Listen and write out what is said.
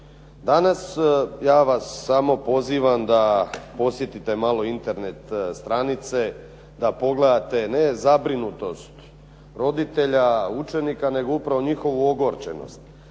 Danas ja vas samo pozivam da posjetite malo internet stranice, da pogledate ne zabrinutost roditelja, učenika, nego upravo njihovu ogorčenost.